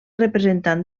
representant